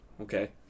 okay